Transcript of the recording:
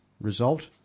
result